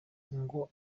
ngo